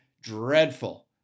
dreadful